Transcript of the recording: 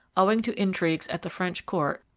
owing to intrigues at the french court,